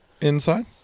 inside